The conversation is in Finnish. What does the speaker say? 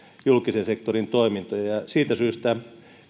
julkisen sektorin toimintoja siitä syystä